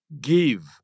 Give